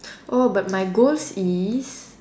oh but my goals is